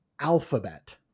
alphabet